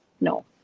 no